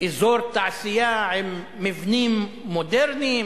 אזור תעשייה עם מבנים מודרניים,